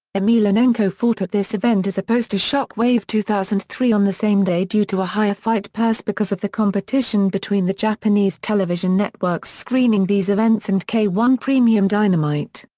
emelianenko fought at this event as opposed to shockwave two thousand and three on the same day due to a higher fight purse because of the competition between the japanese television networks screening these events and k one premium dynamite!